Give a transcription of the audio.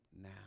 now